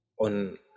on